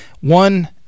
One